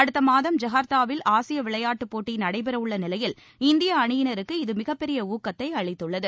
அடுத்த மாதம் ஐகார்த்தாவில் ஆசிய விளையாட்டுப் போட்டி நடைபெறவுள்ள நிலையில் இந்திய அணியினருக்கு இது மிகப் பெரிய ஊக்கத்தை அளித்துள்ளது